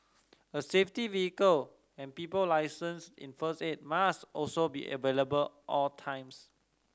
a safety vehicle and people licensed in first aid must also be available all times